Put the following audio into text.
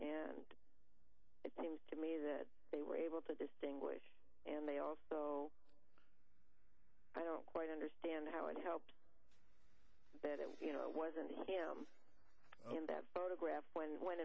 and it seems to me that they were able to distinguish and they also i don't quite understand how it helped that it was you know it wasn't him in that photograph when when